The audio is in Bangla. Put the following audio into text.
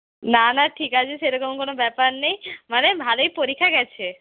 না না ঠিক আছে সেরকম কোনো ব্যাপার নেই মানে ভালই পরীক্ষা গেছে